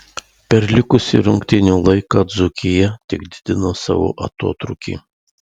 per likusį rungtynių laiką dzūkija tik didino savo atotrūkį